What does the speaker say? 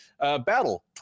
Battle